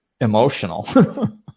emotional